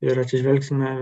ir atsižvelgsime